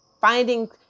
finding